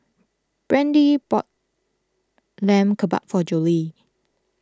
Brandie bought Lamb Kebabs for Jolie